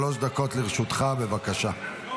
שלוש דקות לרשותך, בבקשה.